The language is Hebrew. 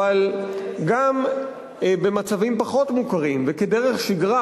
אבל גם במצבים פחות מוכרים וכדרך שגרה,